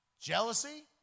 jealousy